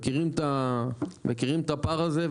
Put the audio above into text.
מכירים את הפער הזה,